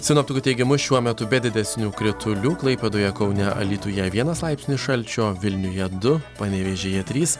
sinoptikų teigimu šiuo metu be didesnių kritulių klaipėdoje kaune alytuje vienas laipsnis šalčio vilniuje du panevėžyje trys